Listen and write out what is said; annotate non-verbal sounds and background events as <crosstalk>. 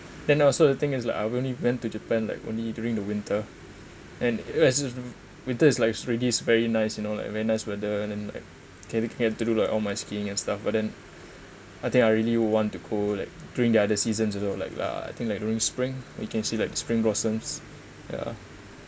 then also the thing is like I only went to japan like only during the winter and <noise> winter is like already very nice you know like very nice weather and then like can get to do like all my skiing and stuff but then I think I really want to go like during the other seasons also like uh I think like during spring we can see like the spring blossoms ya